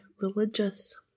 religious